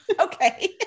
Okay